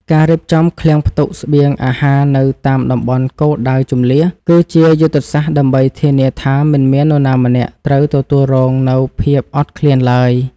ការរៀបចំឃ្លាំងផ្ទុកស្បៀងអាហារនៅតាមតំបន់គោលដៅជម្លៀស គឺជាយុទ្ធសាស្ត្រដើម្បីធានាថាមិនមាននរណាម្នាក់ត្រូវទទួលរងនូវភាពអត់ឃ្លានឡើយ។